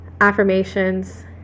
affirmations